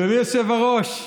אדוני היושב-ראש,